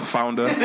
Founder